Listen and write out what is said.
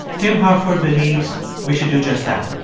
tim harford believes we should do just that.